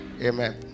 Amen